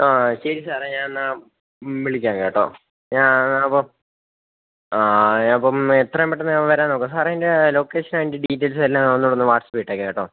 ആ ശരി സാറെ ഞാനെന്നാല് വിളിക്കാം കേട്ടോ ഞാന് അപ്പം ഞാന് അപ്പം എത്രയും പെട്ടെന്ന് ഞാൻ വരാൻ നോക്കാം സാര് അതിൻ്റെ ലൊക്കേഷനും അതിൻ്റെ ഡീറ്റെയിൽസും എല്ലാം ഒന്നുകൂടെയൊന്ന് വാട്സപ്പില് ഇട്ടേക്കൂ കേട്ടോ